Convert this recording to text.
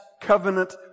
covenant